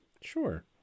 sure